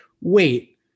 wait